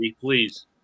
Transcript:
please